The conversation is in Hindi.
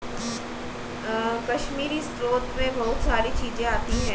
कश्मीरी स्रोत मैं बहुत सारी चीजें आती है